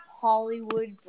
Hollywood